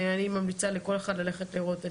וכאמור אני ממליצה לכל אחד פה להגיע ולראות.